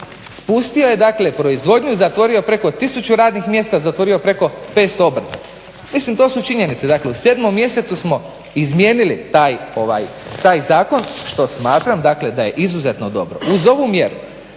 Spustio je dakle proizvodnju i zatvorio preko tisuću radnih mjesta, zatvorio preko 500 obrta. Mislim to su činjenice. Dakle u 7. mjesecu smo izmijenili taj zakon što smatram dakle da je izuzetno dobro. Uz ovu mjeru,